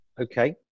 Okay